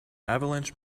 avalanche